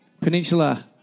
Peninsula